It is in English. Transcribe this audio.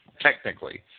technically